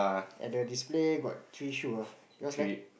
at the display got three shoe ah yours right